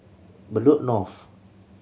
Bedok North